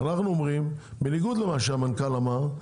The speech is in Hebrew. בניגוד למה שהמנכ"ל אמר,